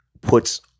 puts